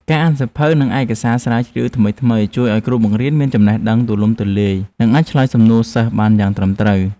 ការអានសៀវភៅនិងឯកសារស្រាវជ្រាវថ្មីៗជួយឱ្យគ្រូបង្រៀនមានចំណេះដឹងទូលំទូលាយនិងអាចឆ្លើយសំណួរសិស្សបានយ៉ាងត្រឹមត្រូវ។